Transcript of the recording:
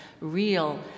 real